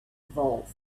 evolved